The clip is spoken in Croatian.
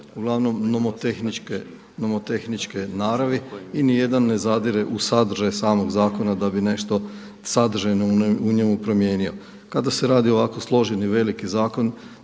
uglavnom nomotehničke naravi i niti jedan ne zadire u sadržaj samog zakona da bi nešto sadržajno u njemu promijenio. Kada se rad ovako složeni veliki zakon